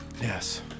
Yes